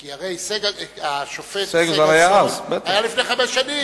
כי הרי השופט סגלסון היה לפני חמש שנים,